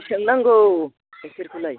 बिसां नांगौ गायखेरखौलाय